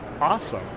awesome